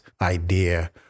idea